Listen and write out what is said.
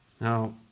Now